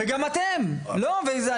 רוני,